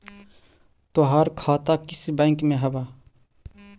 तोहार खाता किस बैंक में हवअ